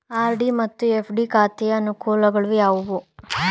RD ಮತ್ತು FD ಖಾತೆಯ ಅನುಕೂಲಗಳು ಯಾವುವು?